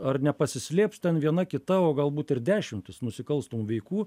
ar nepasislėps ten viena kita o galbūt ir dešimtis nusikalstamų veikų